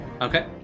Okay